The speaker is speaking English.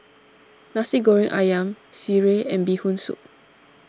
Nasi Goreng Ayam Sireh and Bee Hoon Soup